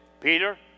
Peter